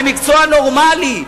במקצוע נורמלי.